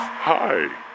Hi